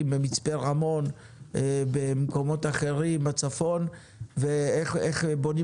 כמו מצפה רמון ומקומות אחרים בצפון ואיך בונים